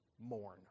mourn